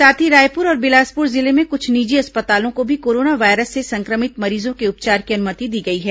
साथ ही रायपुर और बिलासपुर जिले में कुछ निजी अस्पतालों को भी कोरोना वायरस से संक्रमित मरीजों के उपचार की अनुमति दी गई है